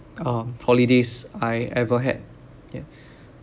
uh holidays I ever had ya